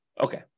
Okay